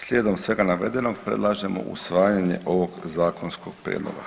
Slijedom svega navedenoga predlažemo usvajanje ovog zakonskog prijedloga.